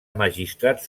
magistrat